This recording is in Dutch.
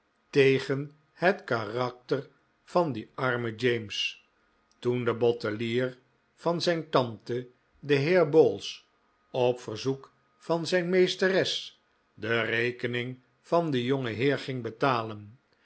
tegen het karakter van dien armen james toen de bottelier van zijn tante de heer bowls op verzoek van zijn meesteres de rekening van den jongeheer ging betalen